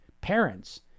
parents